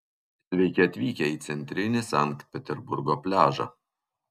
sveiki atvykę į centrinį sankt peterburgo pliažą